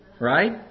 right